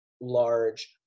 large